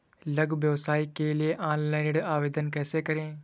लघु व्यवसाय के लिए ऑनलाइन ऋण आवेदन कैसे करें?